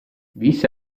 visse